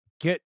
get